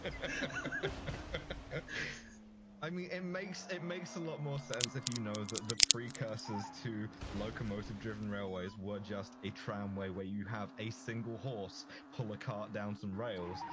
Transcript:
i mean, it makes it makes a lot more sense if you know that the precursors to locomotive-driven railways were just a tramway where you have a single horse pull a cart down some rails,